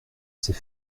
sait